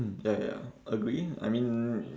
mm ya ya ya agree I mean